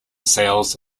sales